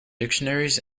dictionaries